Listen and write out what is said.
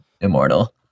immortal